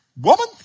woman